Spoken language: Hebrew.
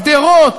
גדרות.